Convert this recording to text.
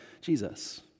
Jesus